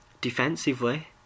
Defensively